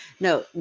no